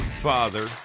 father